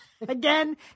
again